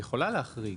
היא יכולה להחריג?